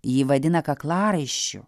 jį vadina kaklaraiščiu